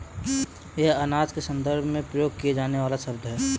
यह अनाज के संदर्भ में प्रयोग किया जाने वाला शब्द है